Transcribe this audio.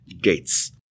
gates